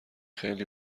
خیلی